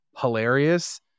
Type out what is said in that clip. hilarious